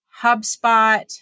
HubSpot